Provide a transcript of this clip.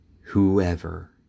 Whoever